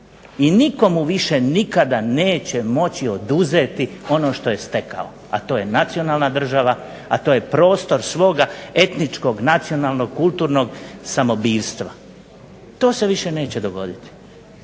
i nitko mu više nikada neće moći oduzeti ono što je stekao. A to je nacionalna država, to je prostor svoga etničkog, nacionalnog, kulturnog samobijstva. To se više neće dogoditi